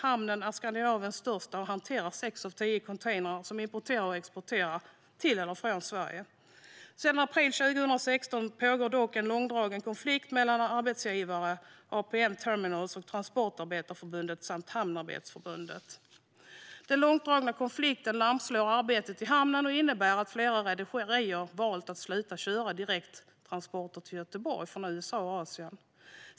Hamnen är Skandinaviens största och hanterar sex av tio containrar som importerar och exporterar till eller från Sverige. Sedan april 2016 pågår dock en långdragen konflikt mellan arbetsgivaren APM Terminals och Transportarbetareförbundet samt Hamnarbetarförbundet. Den långdragna konflikten lamslår arbetet i hamnen och innebär att flera rederier valt att sluta köra direkta transporter till Göteborg från USA och Asien.